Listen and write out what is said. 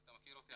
אתה מכיר אותי,